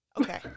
Okay